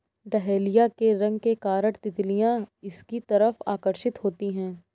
dahlia के रंग के कारण तितलियां इसकी तरफ आकर्षित होती हैं